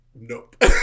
Nope